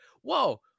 whoa